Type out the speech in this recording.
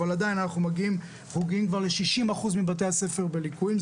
אבל עדיין אנחנו מגיעים כבר ל-60% מבתי הספר בליקויים,